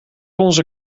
onze